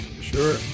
Sure